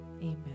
Amen